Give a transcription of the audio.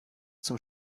zum